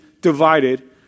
divided